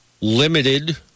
limited